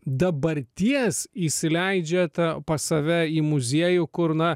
dabarties įsileidžiat pas save į muziejų kur na